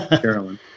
Carolyn